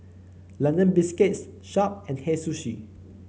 London Biscuits Sharp and Hei Sushi